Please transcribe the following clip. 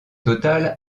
total